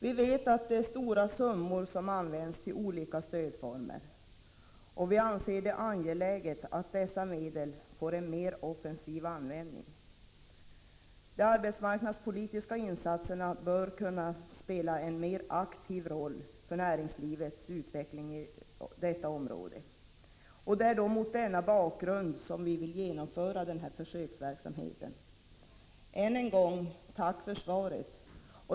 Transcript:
Vi vet att stora summor används till olika stödformer, och vi anser det angeläget att dessa medel får en mer offensiv användning. De arbetsmarknadspolitiska insatserna bör kunna spela en mer aktiv roll för näringslivets utveckling i området, och det är mot denna bakgrund som vi vill genomföra försöksverksamheten. Änen gång tack för svaret!